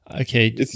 okay